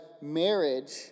marriage